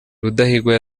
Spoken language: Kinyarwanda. rudahigwa